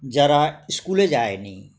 যারা স্কুলে যায় নি